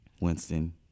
Winston